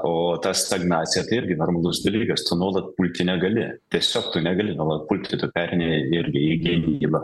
o ta stagnacija tai irgi normalus dalykas tu nuolat pulti negali tiesiog tu negali nuolat pulti tu pereini irgi į gynybą